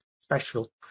special